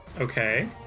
Okay